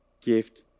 gift